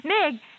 Meg